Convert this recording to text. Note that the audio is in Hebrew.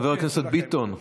חבר הכנסת ביטון,